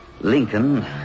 Lincoln